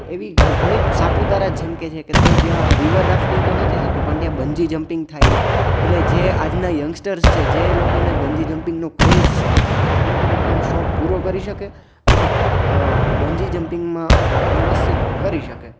એવી ઘણી સાપુતારા જેમ કે તો જ્યાં રિવર રાફ્ટિંગ તો નથી થતું પણ ત્યાં બંજી જમ્પિંગ થાય છે એટલે જે આજના યંગસ્ટર્સ છે જે લોકોને બંજી જમ્પિંગનો ક્રેઝ છે એ લોકો પોતાનો શોખ પૂરો કરી શકે અને બંજી જમ્પિંગમાં વ્યવસ્થિત કરી શકે